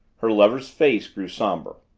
her lover's face grew somber.